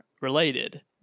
related